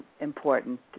important